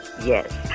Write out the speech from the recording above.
Yes